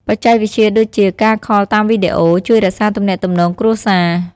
បច្ចេកវិទ្យាដូចជា ការខលតាមវីដេអូ ជួយរក្សាទំនាក់ទំនងគ្រួសារ។